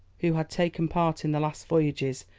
who had taken part in the last voyages,